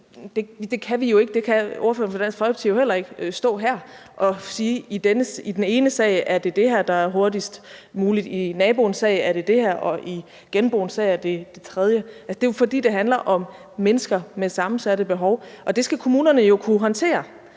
det kan vi jo ikke, og det kan ordføreren for Dansk Folkeparti heller ikke stå her og sige, altså at det i den ene sag er det her, der er det hurtigst mulige, mens det i naboens sag er noget andet, og i genboens sag er det noget tredje. Det er jo, fordi det handler om mennesker med sammensatte behov, og det skal kommunerne jo kunne håndtere.